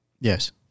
Yes